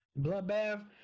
Bloodbath